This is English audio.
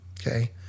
Okay